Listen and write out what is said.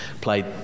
played